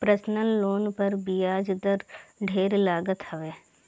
personal loan पर बियाज दर ढेर लागत हवे